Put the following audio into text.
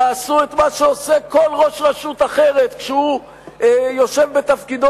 תעשו את מה שעושה כל ראש רשות אחרת כשהוא יושב בתפקידו